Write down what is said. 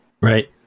Right